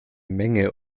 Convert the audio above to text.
menge